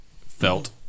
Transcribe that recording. felt